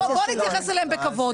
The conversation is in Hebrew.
בואו נתייחס אליהם בכבוד.